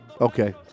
Okay